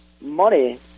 money